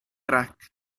grac